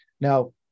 Now